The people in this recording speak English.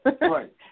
Right